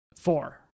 Four